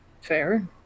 fair